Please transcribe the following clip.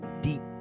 deep